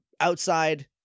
outside